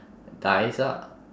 dies ah